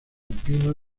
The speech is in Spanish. pino